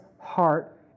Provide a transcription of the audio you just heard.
heart